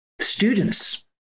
students